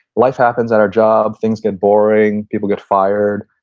life happens at our job, things get boring, people get fired,